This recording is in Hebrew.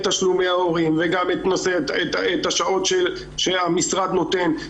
תשלומי ההורים וגם את השעות שהמשרד נותן.